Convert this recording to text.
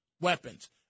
weapons